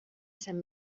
sant